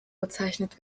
bezeichnet